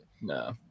no